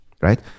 right